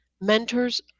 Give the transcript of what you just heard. Mentors